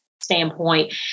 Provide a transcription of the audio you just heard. standpoint